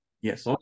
Yes